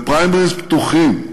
בפריימריז פתוחים,